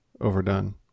overdone